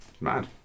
Mad